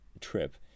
trip